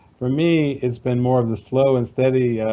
for me it's been more of the slow and steady.